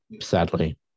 sadly